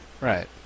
Right